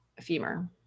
femur